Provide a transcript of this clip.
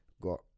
got